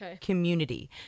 community